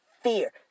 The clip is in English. fear